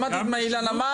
שמעתי מה אילן אמר.